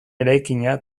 eraikina